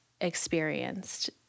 experienced